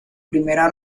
primera